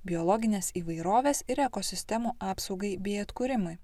biologinės įvairovės ir ekosistemų apsaugai bei atkūrimui